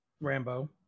Rambo